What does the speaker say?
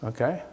Okay